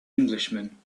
englishman